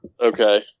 Okay